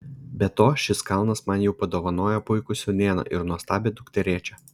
be to šis kalnas man jau padovanojo puikų sūnėną ir nuostabią dukterėčią